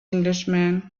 englishman